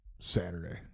Saturday